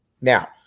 Now